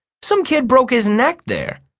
some kid broke his neck there.